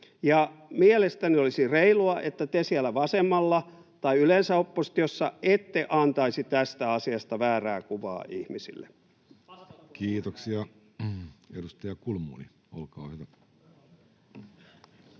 Mielestäni olisi reilua, että te siellä vasemmalla, tai yleensä oppositiossa, ette antaisi tästä asiasta väärää kuvaa ihmisille. [Speech 87] Speaker: Jussi Halla-aho